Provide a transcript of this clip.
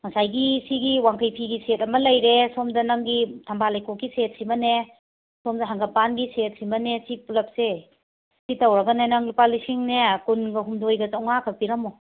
ꯉꯁꯥꯏꯒꯤ ꯁꯤꯒꯤ ꯋꯥꯡꯈꯩ ꯐꯤꯒꯤ ꯁꯦꯠ ꯑꯃ ꯂꯩꯔꯦ ꯁꯣꯝꯗ ꯅꯪꯒꯤ ꯊꯝꯕꯥꯜ ꯂꯩꯈꯣꯛꯀꯤ ꯁꯦꯠꯁꯤꯃꯅꯦ ꯁꯣꯝꯗ ꯍꯪꯒꯄꯥꯟꯒꯤ ꯁꯦꯠ ꯁꯤꯃꯅꯦ ꯁꯤ ꯄꯨꯂꯞꯁꯦ ꯁꯤ ꯇꯧꯔꯒꯅꯦ ꯅꯪ ꯂꯨꯄꯥ ꯂꯤꯁꯤꯡꯅꯦ ꯀꯨꯟꯒ ꯍꯨꯝꯗꯣꯏꯒ ꯆꯧꯉꯥ ꯈꯛ ꯄꯤꯔꯝꯃꯣ